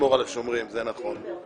זה נכון.